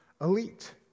elite